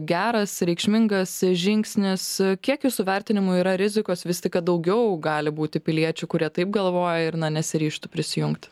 geras reikšmingas žingsnis kiek jūsų vertinimu yra rizikos vis tik kad daugiau gali būti piliečių kurie taip galvoja ir na nesiryžtų prisijungti